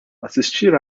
assistir